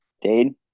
Dade